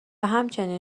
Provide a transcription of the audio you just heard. همچنین